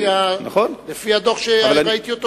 לפי הדוח שראיתי היום.